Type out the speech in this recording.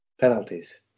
penalties